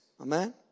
Amen